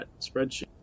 spreadsheet